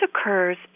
occurs